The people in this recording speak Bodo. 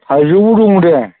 थाइजौबो दङ दे